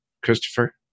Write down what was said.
Christopher